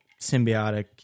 symbiotic